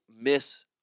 miss